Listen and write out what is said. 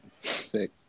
Sick